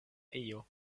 ejo